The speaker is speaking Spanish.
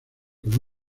con